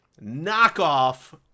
knockoff